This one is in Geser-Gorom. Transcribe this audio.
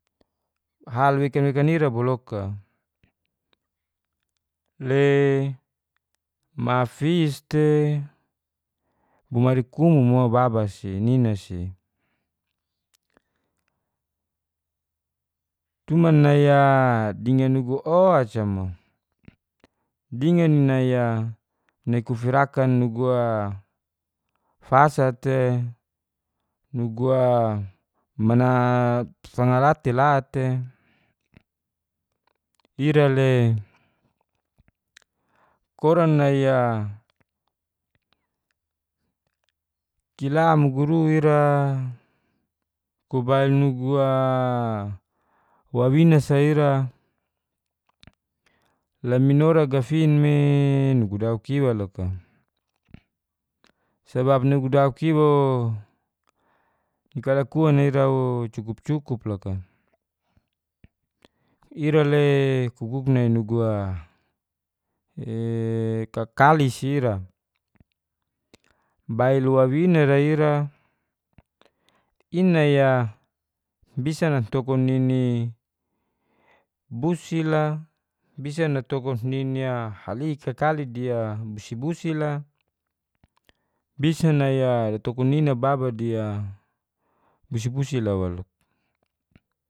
Hal wekan wekan ira bo loka le mafis te bomari kumu mo baba si nina si cuman nai a dingan nugu o ca mu dingan nai a nai kuferakan nugu a fasa te nugu a mana fanga la te la te ira le koran nai a kila muguru ira kubail nugu a wawina sa ira leminora gafin me nugu dauk iwa loka. sabab nugu dauk iwa ooo nikalakuan a ira o cukup cukup loka. ira le kuguk nai nugu a e kakali sira bail wawina ra ira i nai a bisa natokun nini busil a bisa datokun nini a halik kakali di a busil busil la bisa nai a da tokun nina baba di a busil busil a waluk